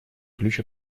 ключ